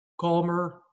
calmer